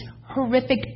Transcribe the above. horrific